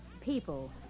people